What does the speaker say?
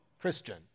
Christian